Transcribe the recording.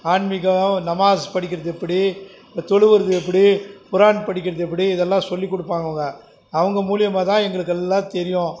ஆன்மீகம் நமாஸ் படிக்கிறது எப்படி தொழுவுறது எப்படி குரான் படிக்கிறது எப்படி இதெல்லாம் சொல்லிக் கொடுப்பாங்க அவங்க அவங்க மூலயமா தான் எங்களுக்கு எல்லாம் தெரியும்